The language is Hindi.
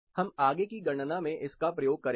हम आगे की गणना में इसका प्रयोग करेंगे